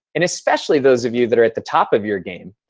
and especially those of you that are at the top of your game,